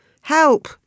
Help